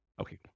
Okay